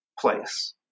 place